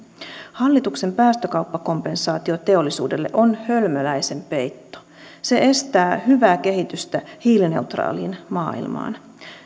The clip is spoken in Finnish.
hallituksen päästökauppakompensaatio teollisuudelle on hölmöläisen peitto se estää hyvää kehitystä hiilineutraaliin maailmaan